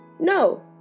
No